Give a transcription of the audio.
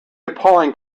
appalling